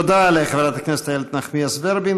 תודה לחברת הכנסת איילת נחמיאס ורבין.